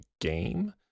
game